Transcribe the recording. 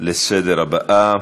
לסדר-היום הבאה: